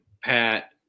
Pat